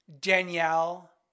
danielle